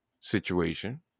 situation